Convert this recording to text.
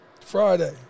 Friday